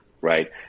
right